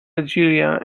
algeria